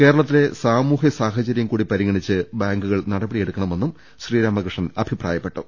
കേരളത്തിലെ സാമൂഹ്യ സാഹചര്യംകൂടി പരിഗണിച്ച് ബാങ്കു കൾ നടപടിയെടുക്കണമെന്നും ശ്രീരാമകൃഷ്ണൻ അഭിപ്രായപ്പെട്ടു